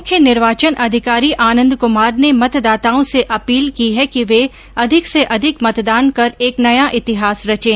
मुख्य निर्वाचन अधिकारी आनंद कुमार ने मतदाताओं से अपील की है कि वे अधिकाधिक मतदान कर एक नया इतिहास रचे